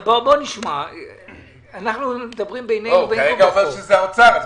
בואו נשמע את נציג האוצר.